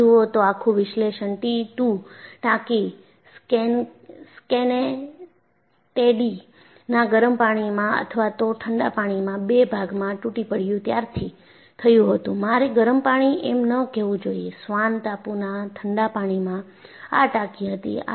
આમ જુઓ તો આખું વિશ્લેષણ T 2 ટાંકી સ્કેનેક્ટેડી ના ગરમ પાણીમાં અથવા તો ઠંડા પાણીમાં બે ભાગમાં તૂટી પડયુ ત્યારથી થયું હતું મારે ગરમ પાણી એમ ન કહેવું જોઈએ સ્વાન ટાપુના ઠંડા પાણીમાં આ ટાંકી હતી